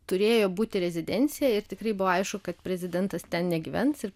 turėjo būti rezidencija ir tikrai buvo aišku kad prezidentas ten negyvens ir